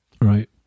Right